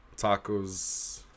tacos